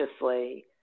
consciously